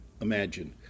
imagine